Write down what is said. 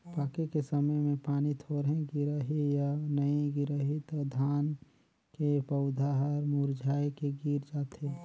पाके के समय मे पानी थोरहे गिरही य नइ गिरही त धान के पउधा हर मुरझाए के गिर जाथे